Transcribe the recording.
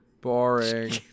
Boring